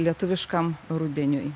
lietuviškam rudeniui